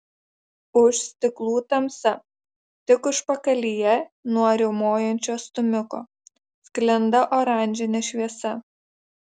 už stiklų tamsa tik užpakalyje nuo riaumojančio stūmiko sklinda oranžinė šviesa